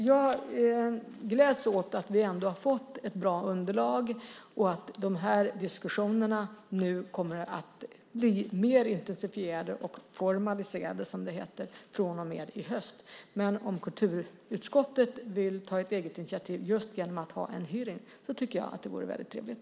Jag gläds åt att vi ändå har fått ett bra underlag och att de här diskussionerna nu kommer att bli mer intensifierade och formaliserade, som det heter, från och med i höst. Men om kulturutskottet vill ta ett eget initiativ just genom att ha en hearing tycker jag att det vore väldigt trevligt.